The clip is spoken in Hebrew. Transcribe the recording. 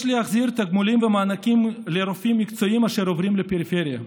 יש להחזיר תגמולים ומענקים לרופאים מקצועיים אשר עוברים לפריפריה.